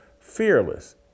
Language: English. Fearless